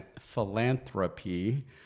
philanthropy